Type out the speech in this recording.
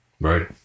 Right